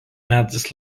metais